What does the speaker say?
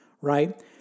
Right